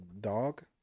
dog